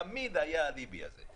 תמיד היה האליבי הזה.